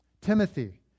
Timothy